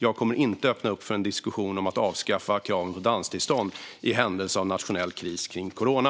Jag kommer inte att öppna upp för en diskussion om att avskaffa kraven på danstillstånd i händelse av nationell kris på grund av corona.